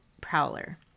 Prowler